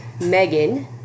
Megan